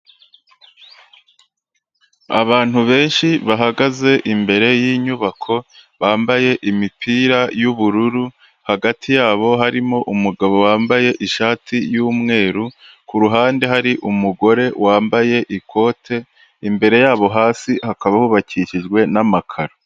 Abantu benshi bahagaze imbere y'inyubako bambaye imipira y'ubururu; hagati yabo harimo umugabo wambaye ishati y'umweru, kuruhande hari umugore wambaye ikote, imbere yabo hasi hakaba hubakishijwe n'amakaro.